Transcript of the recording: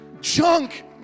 junk